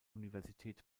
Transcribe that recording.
universität